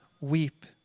weep